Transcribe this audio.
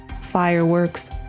fireworks